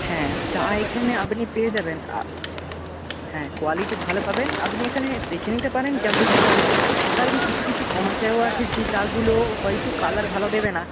হ্যাঁ চা এখানে আপনি পেয়ে যাবেন হ্যাঁ কোয়ালিটি ভালো পাবেন আপনি এখানে দেখে নিতে পারেন কেমন কি চা নেবেন কারণ কিছু কিছু কমা চাও আছে যে চাগুলো হয়ত কালার ভালো দেবে না